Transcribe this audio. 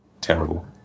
terrible